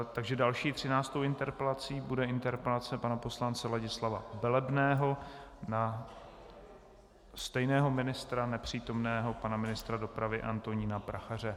Takže další, třináctou interpelací bude interpelace pana poslance Ladislava Velebného na stejného ministra, nepřítomného pana ministra dopravy Antonína Prachaře.